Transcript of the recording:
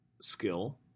skill